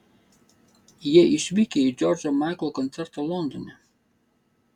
jie išvykę į džordžo maiklo koncertą londone